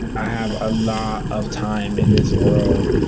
i have a lot of time in this world,